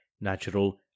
natural